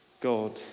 God